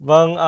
Vâng